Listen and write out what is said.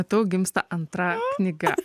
matau gimsta antra knyga